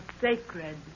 sacred